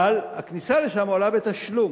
אבל הכניסה לשם כרוכה בתשלום.